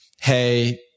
Hey